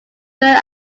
third